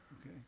Okay